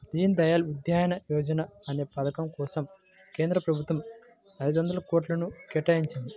దీన్ దయాళ్ ఉపాధ్యాయ యోజనా అనే పథకం కోసం కేంద్ర ప్రభుత్వం ఐదొందల కోట్లను కేటాయించింది